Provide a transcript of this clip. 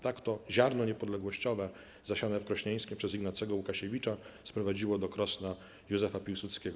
Tak to ziarno niepodległościowe zasiane w Krośnieńskiem przez Ignacego Łukasiewicza sprowadziło do Krosna Józefa Piłsudskiego.